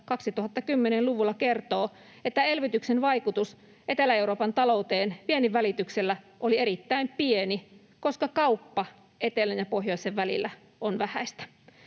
2010-luvulla kertoo, että elvytyksen vaikutus Etelä-Euroopan talouteen viennin välityksellä oli erittäin pieni, koska kauppa etelän ja pohjoisen välillä on vähäistä.